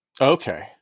Okay